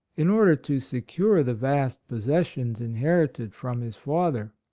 in order to secure the vast possessions inherited from his father.